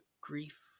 grief